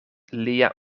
lia